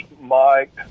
Mike